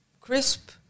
crisp